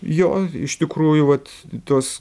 jo iš tikrųjų vat tos